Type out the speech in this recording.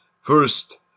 first